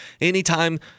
anytime